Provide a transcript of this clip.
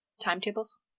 timetables